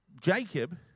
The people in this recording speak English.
Jacob